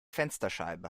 fensterscheibe